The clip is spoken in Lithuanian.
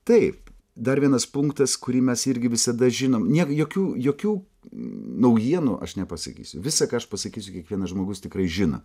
taip dar vienas punktas kurį mes irgi visada žinom nėr jokių jokių naujienų aš nepasakysiu visa ką aš pasakysiu kiekvienas žmogus tikrai žino